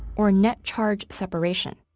or net charge separation.